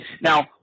Now